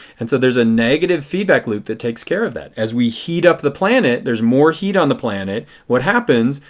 and so there is a negative feedback loop that takes care of that. as we heat up the planet there is more heat on the planet. what happens,